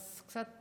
אז קצת,